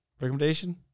recommendation